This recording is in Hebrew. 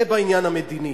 זה בעניין המדיני.